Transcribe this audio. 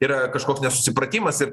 yra kažkoks nesusipratimas ir